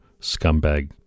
scumbag